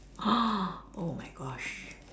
oh my Gosh